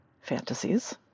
fantasies